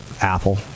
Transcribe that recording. Apple